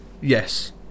Yes